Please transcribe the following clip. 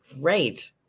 Great